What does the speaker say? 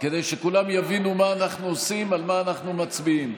כדי שכולם יבינו מה אנחנו עושים ועל מה אנחנו מצביעים.